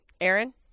Aaron